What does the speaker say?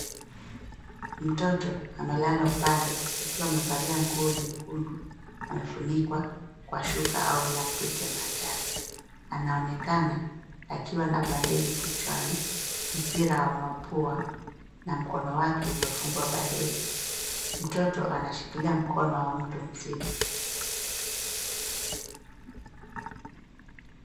Mtoto amelala upande akiwa amevalia nguo nyekundu. Amefunikwa kwa shuka au blanketi ya manjano. Anaonekana akiwa na bandeji kichwani, mpira wa mapua na mkono wake umefungwa bandeji. Mtoto anashikilia mkono wa mtu mzima.